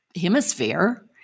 hemisphere